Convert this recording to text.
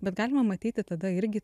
bet galima matyti tada irgi